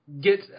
get